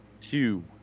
Two